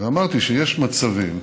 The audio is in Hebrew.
ואמרתי שיש מצבים,